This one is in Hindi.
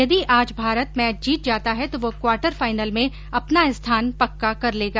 यदि आज भारत मैच जीत जाता है तो वह क्वार्टर फाइनल में अपना स्थान पक्का कर लेगा